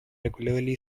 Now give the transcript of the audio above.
regularly